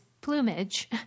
plumage